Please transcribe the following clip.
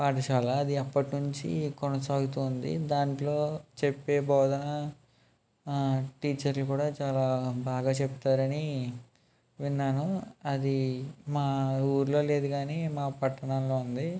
పాఠశాల అది అప్పటి నుంచి కొనసాగుతూ ఉంది దాంట్లో చెప్పే బోధన టీచర్లు కూడా చాలా బాగా చెప్తారని విన్నాను అది మా ఊరిలో లేదు కానీ మా పట్టణంలో ఉంది